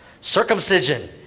circumcision